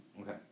Okay